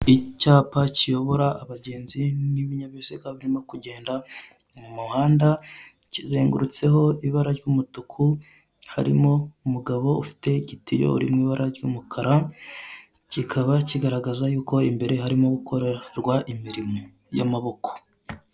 Icyapa kiyobora abagenzi nibinyabiziga birimo kugenda mumuhanda kizengurutseho ibara ryumutuku harimo umugabo ufite igitiyo uri mwibara ry'umukara kikaba kigaragaza yuko imbere harimo gukorerwa imirimo yamaboko.